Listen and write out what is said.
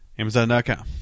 Amazon.com